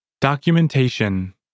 Documentation